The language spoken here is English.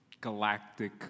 galactic